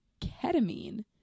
ketamine